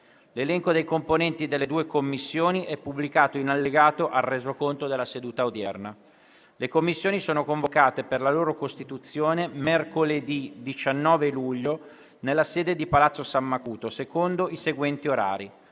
L'elenco dei componenti delle due Commissioni è pubblicato in allegato al Resoconto della seduta odierna. Le Commissioni sono convocate per la loro costituzione mercoledì 19 luglio nella sede di Palazzo San Macuto secondo i seguenti orari: